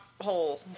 hole